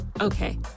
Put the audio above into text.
Okay